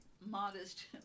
modest